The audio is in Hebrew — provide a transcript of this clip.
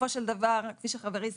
בסופו של דבר כפי שחברי הזכיר,